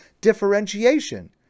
differentiation